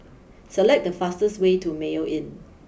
select the fastest way to Mayo Inn